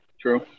True